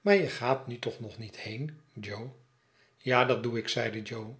maar je gaat nu toch nog niet heen jo ja dat doe ik zeide jo